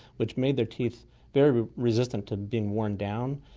which made their teeth very resistant to being worn down,